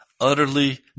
utterly